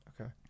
Okay